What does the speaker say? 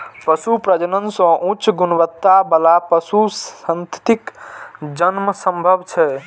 पशु प्रजनन सं उच्च गुणवत्ता बला पशु संततिक जन्म संभव छै